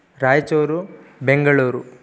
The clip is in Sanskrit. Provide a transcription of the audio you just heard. राय्चूरु बेङ्ग्ळूरु